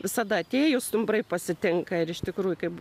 visada atėjus stumbrai pasitinka ir iš tikrųjų kaip